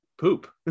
Poop